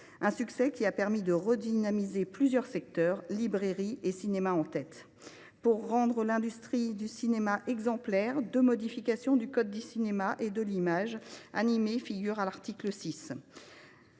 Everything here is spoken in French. Ce succès a permis de redynamiser plusieurs secteurs, librairies et cinémas en tête. Pour rendre l’industrie du cinéma exemplaire, deux modifications du code du cinéma et de l’image animée figurent à l’article 6.